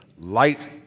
light